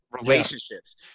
relationships